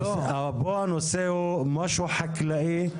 פה הנושא הוא משהו חקלאי,